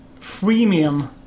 freemium